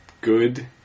good